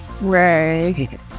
right